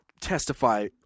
testify